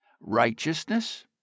Righteousness